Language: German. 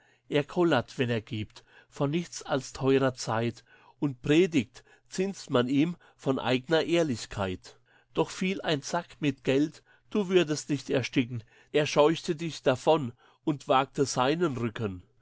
er kollert wenn er gibt von nichts als teurer zeit und predigt zinst man ihn von eigner ehrlichkeit doch fiel ein sack mit geld du würdest nicht ersticken er scheuchte dich davon und wagte seinen rücken